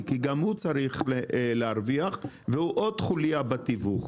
כי גם הוא צריך להרוויח והוא עוד חולייה בתיווך.